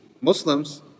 Muslims